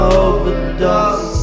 overdose